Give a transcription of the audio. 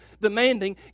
demanding